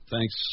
thanks